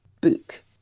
book